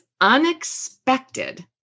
unexpected